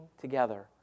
together